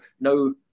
no